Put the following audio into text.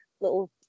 little